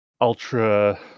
ultra